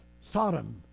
Sodom